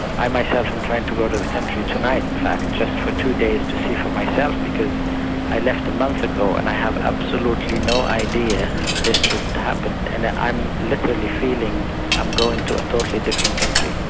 i myself am trying to go to the country, tonight in fact, just for two days to see for myself, because i left a month ago, and i had absolutely no idea this would happen, and i'm literally feeling i'm going to a totally different country.